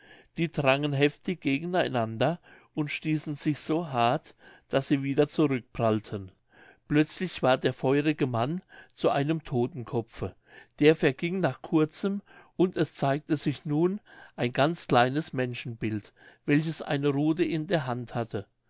die drangen heftig gegen einander und stießen sich so hart daß sie wieder zurückprallten plötzlich ward der feurige mann zu einem todtenkopfe der verging nach kurzem und es zeigte sich nun ein ganz kleines menschenbild welches eine ruthe in der hand hatte